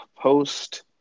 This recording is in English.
post